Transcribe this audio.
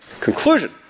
conclusion